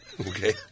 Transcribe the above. Okay